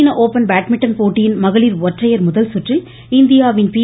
சீன open badminton போட்டியின் மகளிர் ஒற்றையர் முதல்சுற்றில் இந்தியாவின் பி